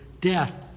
death